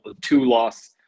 two-loss